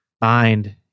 bind